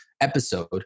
episode